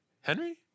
Henry